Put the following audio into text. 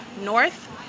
north